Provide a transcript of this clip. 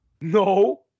No